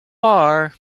are